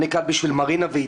אני כאן בשביל מרינה וע',